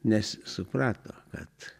nes suprato kad